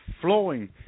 flowing